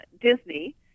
Disney